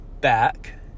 back